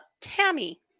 Tammy